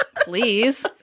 Please